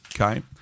okay